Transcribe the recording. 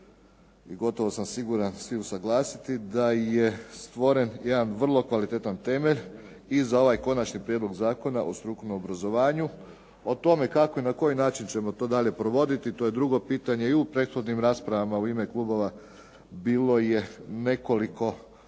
i gotovo sam siguran sa svim usuglasiti da je stvoren jedan vrlo kvalitetan temelj i za ovaj Konačni prijedlog Zakona o strukovnom obrazovanju. O tome kako i na koji način ćemo to dalje provoditi to je drugo pitanje i u prethodnim raspravama u ime klubova bilo je nekoliko primjedbi